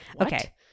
Okay